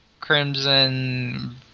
crimson